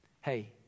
Hey